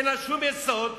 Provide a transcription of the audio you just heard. אין לה שום יסוד,